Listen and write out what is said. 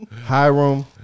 Hiram